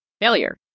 failure